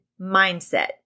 mindset